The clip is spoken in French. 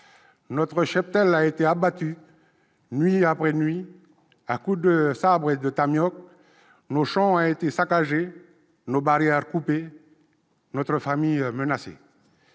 notre cheptel a été abattu à coup de sabre et de tamioc ; nos champs ont été saccagés, nos barrières coupées, notre famille menacée.